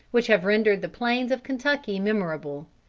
which have rendered the plains of kentucky memorable.